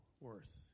worth